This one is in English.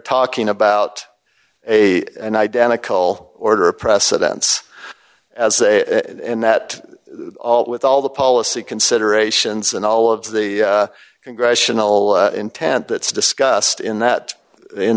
talking about a and identical order of precedence as a and that all with all the policy considerations and all of the congressional intent that's discussed in that in